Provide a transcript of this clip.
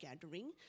gathering